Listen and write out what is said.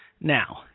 Now